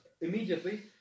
immediately